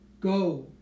Go